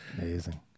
Amazing